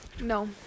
no